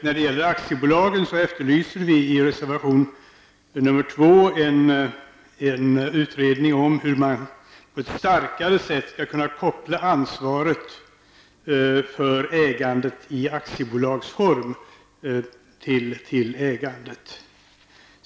När det gäller aktiebolag efterlyser vi i reservation nr 2 en utredning om hur man på ett starkare sätt skall kunna koppla ansvaret för ägandet i aktiebolagsform till ägandet.